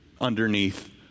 underneath